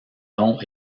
long